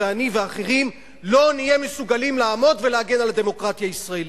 אני ואחרים לא נהיה מסוגלים לעמוד ולהגן על הדמוקרטיה הישראלית.